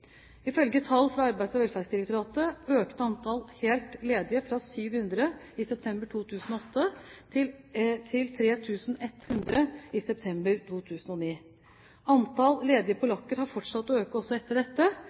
Ifølge tall fra Arbeids- og velferdsdirektoratet økte antallet helt ledige fra 700 i september 2008 til 3 100 i september 2009. Antallet helt ledige polakker har fortsatt å øke også etter dette,